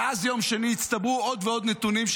מאז יום שני הצטברו עוד ועוד נתונים,